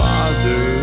Father